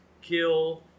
kill